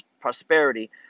prosperity